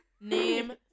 Name